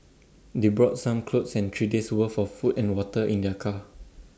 they brought some clothes and three days' worth of food and water in their car